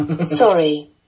Sorry